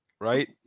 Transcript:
Right